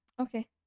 Okay